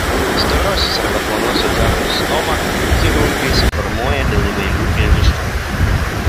storosios arba plonosios žarnos stomą chirurgai suformuoja dėl įvairių priežasčių